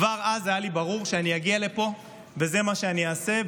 כבר אז היה לי ברור שאני אגיע לפה וזה מה שאני אעשה,